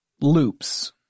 loops